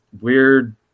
weird